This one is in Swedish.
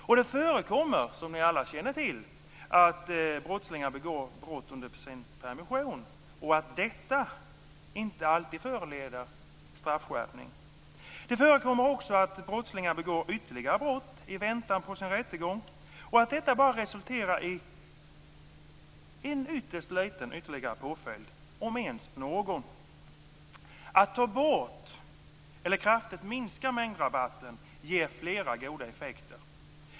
Och det förekommer, som ni alla känner till, att brottslingar begår brott under sin permission och att detta inte alltid föranleder straffskärpning. Det förekommer också att brottslingar begår ytterligare brott i väntan på sin rättegång och att detta bara resulterar i en mycket liten ytterligare påföljd om ens någon. Att ta bort eller kraftigt minska mängdrabatten ger flera goda effekter.